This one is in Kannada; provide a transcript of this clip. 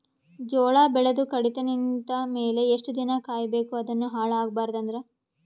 ಜೋಳ ಬೆಳೆದು ಕಡಿತ ನಿಂತ ಮೇಲೆ ಎಷ್ಟು ದಿನ ಕಾಯಿ ಬೇಕು ಅದನ್ನು ಹಾಳು ಆಗಬಾರದು ಅಂದ್ರ?